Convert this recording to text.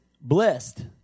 blessed